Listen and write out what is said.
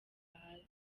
hasi